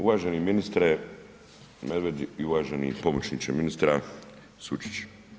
Uvaženi ministre Medved i uvaženi pomoćniče ministra Sučić.